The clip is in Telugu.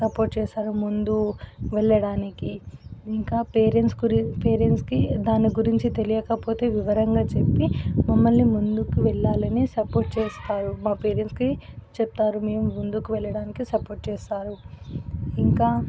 సపోర్ట్ చేస్తారు ముందు వెళ్ళడానికి ఇంకా పేరెంట్స్కు పేరెంట్స్కి దాని గురించి తెలియకపోతే వివరంగా చెప్పి మమ్మల్ని ముందుకు వెళ్ళాలని సపోర్ట్ చేస్తారు మా పేరెంట్స్కి చెప్తారు మేము ముందుకు వెళ్ళడానికి సపోర్ట్ చేస్తారు ఇంకా